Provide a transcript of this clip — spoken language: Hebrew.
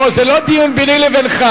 בוא, זה לא דיון ביני ובינך.